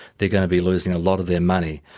they're going to be losing a lot of their money.